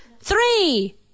Three